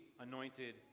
anointed